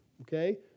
Okay